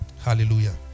hallelujah